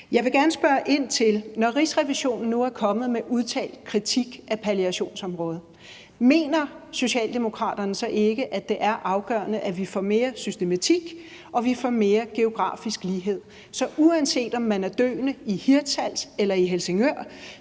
Jeg vil gerne, når Rigsrevisionen nu er kommet med en udtalt kritik af palliationsområdet, spørge ind til, om Socialdemokraterne så ikke mener, at det er afgørende, at vi får mere systematik, og at vi får mere geografisk lighed, så man, uanset om man er døende i Hirtshals eller i Helsingør,